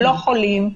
אינם חולים,